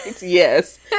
Yes